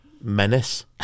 menace